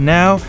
now